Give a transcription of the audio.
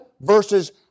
versus